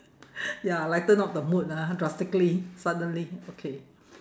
ya lighten up the mood ah drastically suddenly okay